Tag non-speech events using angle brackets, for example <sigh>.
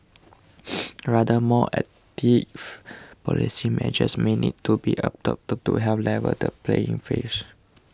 <noise> rather more active policy measures may need to be adopted to help level the playing fields